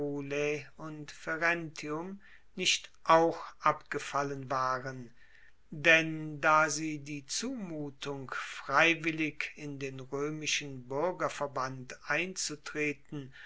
und ferentinum nicht auch abgefallen waren denn da sie die zumutung freiwillig in den roemischen buergerverband einzutreten